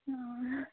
ন